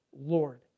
Lord